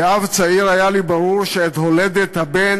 כאב צעיר היה לי ברור שאת הולדת הבן